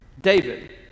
David